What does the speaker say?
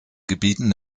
gebieten